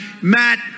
Matt